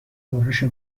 غرش